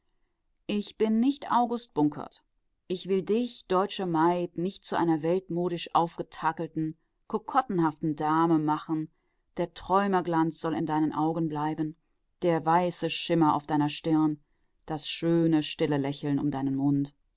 ich bin nicht august bunkert ich will dich deutsche maid nicht zu einer weltmodisch aufgetakelten kokottenhaften dame machen der träumerglanz soll in deinen augen bleiben der weiße schimmer auf deiner stirn das schöne stille lächeln um deinen mund